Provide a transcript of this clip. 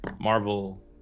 Marvel